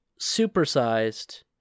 supersized